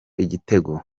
igitego